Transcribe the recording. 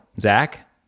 Zach